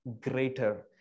greater